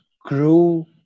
grew